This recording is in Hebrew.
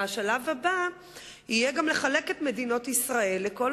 השלב הבא יהיה לחלק גם את מדינת ישראל לכל